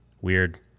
Weird